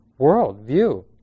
worldview